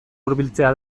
hurbiltzea